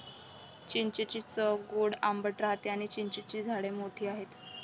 चिंचेची चव गोड आंबट राहते आणी चिंचेची झाडे मोठी आहेत